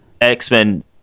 x-men